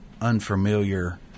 unfamiliar